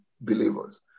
believers